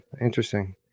interesting